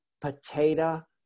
potato